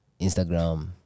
instagram